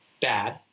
bad